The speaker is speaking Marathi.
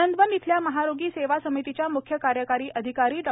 आनंदवन येथील महारोगी सेवा समितीच्या म्ख्य कार्यकारी अधिकारी डॉ